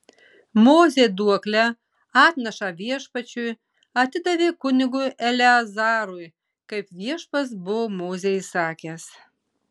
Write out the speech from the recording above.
mozė duoklę atnašą viešpačiui atidavė kunigui eleazarui kaip viešpats buvo mozei įsakęs